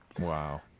Wow